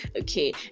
okay